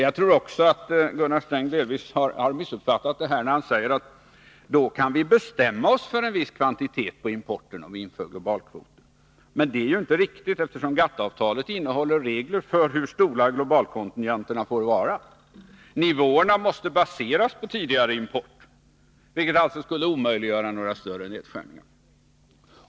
Jag tror också att Gunnar Sträng delvis har missuppfattat det här, när han säger, att om vi inför globalkvoter kan vi bestämma oss för en viss kvantitet på importen. Men det är ju inte riktigt, eftersom GATT-avtalet innehåller regler för hur stora globalkontingenterna får vara. Nivåerna måste baseras på tidigare import, vilket alltså omöjliggör större nedskärningar.